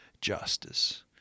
justice